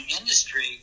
industry